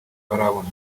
barabona